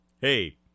Hey